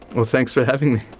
well thanks for having me.